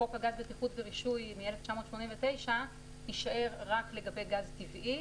חוק הגז (בטיחות ורישוי) מ-1989 יישאר רק לגבי גז טבעי,